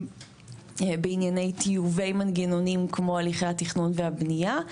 בענייני טיובי מנגנונים כמו הליכי התכנון והבנייה.